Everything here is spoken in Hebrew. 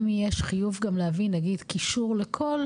אם יש חיוב גם להביא נגיד קישור לכל